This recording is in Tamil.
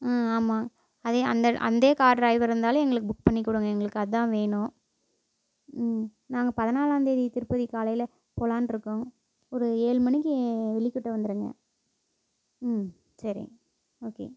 ம் ஆமாம் அதே அந்த அந்த கார் டிரைவர் இருந்தாலும் எங்களுக்கு புக் பண்ணி கொடுங்க எங்களுக்கு அதுதான் வேணும் ம் நாங்கள் பதினாலாந்தேதி திருப்பதி காலையில் போகலான்ருக்கோம் ஒரு ஏழு மணிக்கு வெள்ளிக்குட்டை வந்துடுங்க ம் சரிங்க ஓகே